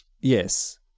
Yes